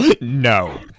No